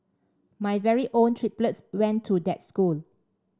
my very own triplets went to that school